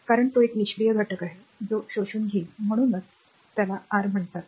म्हणून कारण तो एक निष्क्रिय घटक आहे जो शोषून घेईल म्हणूनच आर म्हणतात